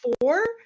four